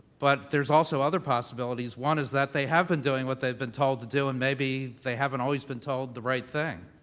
but there's also other possibilities. one is that they have been doing what they've been told to do and maybe they haven't always been told the right thing.